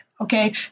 okay